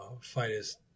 fighters